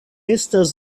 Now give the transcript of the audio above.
estas